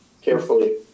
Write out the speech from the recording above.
carefully